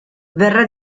verrà